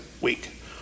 week